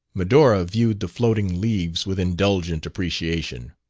medora viewed the floating leaves with indulgent appreciation.